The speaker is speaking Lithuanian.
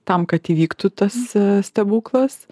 tam kad įvyktų tas stebuklas